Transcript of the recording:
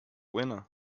winner